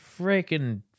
freaking